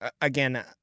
Again